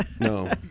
No